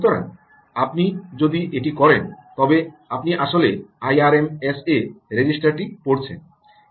সুতরাং আপনি যদি এটি করেন তবে আপনি আসলে আইআরএমএসএ রেজিস্টারটি পড়ছেন